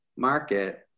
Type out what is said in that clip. market